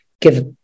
give